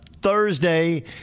Thursday